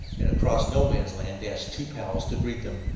and across no man's land dashed two pals to greet them.